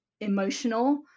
emotional